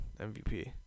MVP